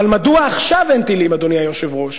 אבל מדוע עכשיו אין טילים, אדוני היושב-ראש?